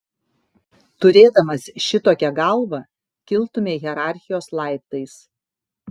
turėdamas šitokią galvą kiltumei hierarchijos laiptais